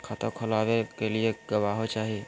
खाता खोलाबे के लिए गवाहों चाही?